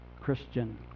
Christian